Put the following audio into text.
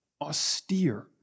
austere